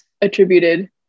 attributed